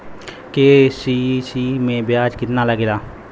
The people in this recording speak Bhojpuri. के.सी.सी में ब्याज कितना लागेला?